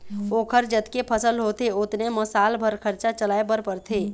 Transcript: ओखर जतके फसल होथे ओतने म साल भर खरचा चलाए बर परथे